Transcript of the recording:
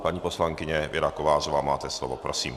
Paní poslankyně Věra Kovářová, máte slovo, prosím.